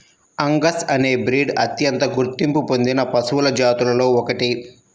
Angus అనే breed అత్యంత గుర్తింపు పొందిన పశువుల జాతులలో ఒకటి